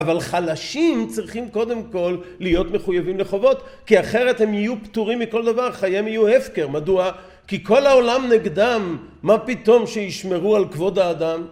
אבל חלשים צריכים קודם כל להיות מחויבים לחובות כי אחרת הם יהיו פטורים מכל דבר, חייהם יהיו הפקר מדוע? כי כל העולם נגדם, מה פתאום שישמרו על כבוד האדם?